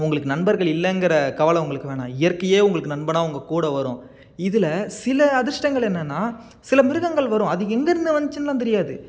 உங்களுக்கு நண்பர்கள் இல்லங்கிற கவலை உங்களுக்கு வேணாம் இயற்கையே உங்களுக்கு நண்பனாக உங்கள் கூட வரும் இதில் சில அதிர்ஷ்டங்கள் என்னன்னா சில மிருகங்கள் வரும் அது எங்கேருந்து வந்துச்சின்னுலாம் தெரியாது